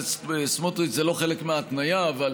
חבר הכנסת סמוטריץ, זה לא חלק מההתניה, אבל